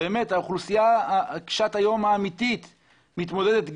במניין התקופה האמורה כל